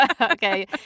Okay